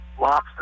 lobster